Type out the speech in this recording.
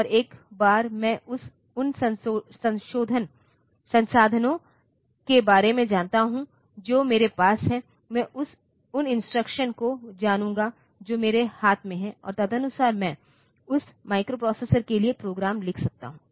और एक बार मैं उन संसाधनों के बारे में जानता हूं जो मेरे पास हैं मैं उन इंस्ट्रक्शंस को जानूंगा जो मेरे हाथ में हैं और तदनुसार मैं उस माइक्रोप्रोसेसर के लिए प्रोग्राम लिख सकता हूं